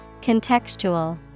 Contextual